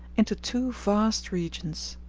into two vast regions,